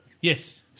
Yes